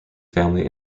family